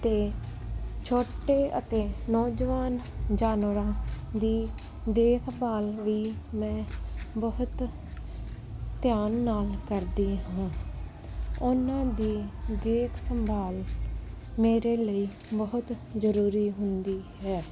ਅਤੇ ਛੋਟੇ ਅਤੇ ਨੌਜਵਾਨ ਜਾਨਵਰਾਂ ਦੀ ਦੇਖਭਾਲ ਵੀ ਮੈਂ ਬਹੁਤ ਧਿਆਨ ਨਾਲ ਕਰਦੀ ਹਾਂ ਉਹਨਾਂ ਦੀ ਦੇਖ ਸੰਭਾਲ ਮੇਰੇ ਲਈ ਬਹੁਤ ਜ਼ਰੂਰੀ ਹੁੰਦੀ ਹੈ